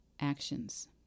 actions